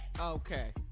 Okay